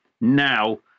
now